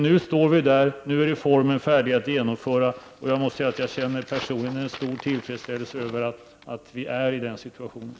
Nu är reformen färdig att genomföras, och jag måste säga att jag känner personligen en stor tillfredsställelse över att vi är i den situationen.